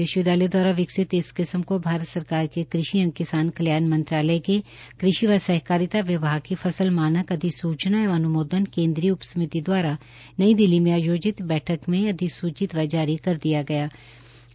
विश्वविद्यालय द्वारा विकसित इस किस्म को भारत सरकार के कृषि एवं किसान कल्याण मंत्रालय के कृषि एवं सहकारिता विभाग की फसल मानक अधिसूचना एवं अनुमोदन केंद्रीय उप समिति द्वारा नई दिल्ली में आयोजित बैठक में अधिसूचित व जारी कर दिया गया है